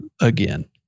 again